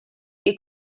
che